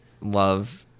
love